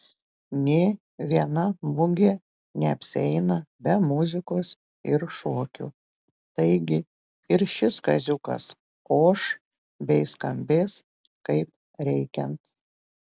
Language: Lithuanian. nė viena mugė neapsieina be muzikos ir šokių taigi ir šis kaziukas oš bei skambės kaip reikiant